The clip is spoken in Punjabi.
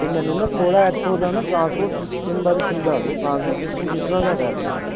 ਅਤੇ ਮੈਨੂੰ ਨਾ ਥੋੜ੍ਹਾ ਇੱਥੋਂ ਦਾ ਨਾ ਟਰਾਂਸਪੋਰਟ ਸਿਸਟਮ ਬਾਰੇ ਸਮਝਾ ਦਿਉ ਟਰਾਂਸਪੋਰਟ ਸਿਸਟਮ ਕਿਸ ਤਰ੍ਹਾਂ ਦਾ ਹੈਗਾ ਇੱਥੋਂ ਦਾ